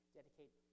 dedicate